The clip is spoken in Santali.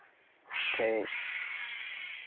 ᱛᱮᱭ